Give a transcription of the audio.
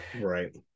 Right